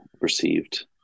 received